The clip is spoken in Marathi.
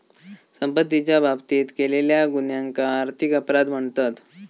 संपत्तीच्या बाबतीत केलेल्या गुन्ह्यांका आर्थिक अपराध म्हणतत